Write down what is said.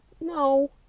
No